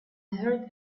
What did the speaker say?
heard